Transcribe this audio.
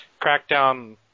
Crackdown